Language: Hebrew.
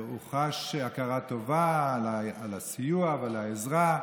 חש הכרת טובה על הסיוע ועל העזרה.